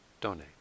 donate